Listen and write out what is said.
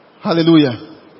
Hallelujah